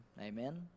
Amen